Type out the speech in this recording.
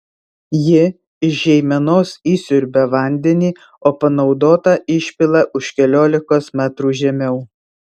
ji iš žeimenos įsiurbia vandenį o panaudotą išpila už keliolikos metrų žemiau